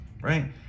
right